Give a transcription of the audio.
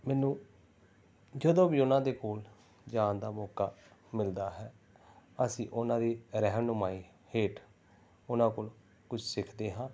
ਮੈਨੂੰ ਜਦੋਂ ਵੀ ਉਹਨਾਂ ਦੇ ਕੋਲ ਜਾਣ ਦਾ ਮੌਕਾ ਮਿਲਦਾ ਹੈ ਅਸੀਂ ਉਹਨਾਂ ਦੀ ਰਹਿਨੁਮਾਈ ਹੇਠ ਉਹਨਾਂ ਕੋਲ ਕੁਝ ਸਿੱਖਦੇ ਹਾਂ